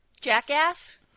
Jackass